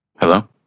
Hello